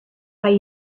why